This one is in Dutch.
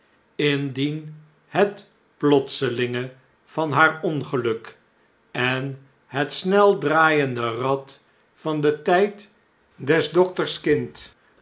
indien het plotselinge van haar ongeluk en het sneldraaiende rad van den tijd des dokters kind